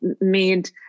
made